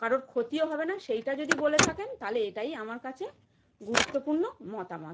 কারোর ক্ষতিও হবে না সেইটা যদি বলে থাকেন তালে এটাই আমার কাছে গুরুত্বপূর্ণ মতামত